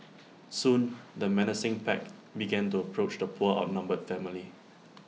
soon the menacing pack began to approach the poor outnumbered family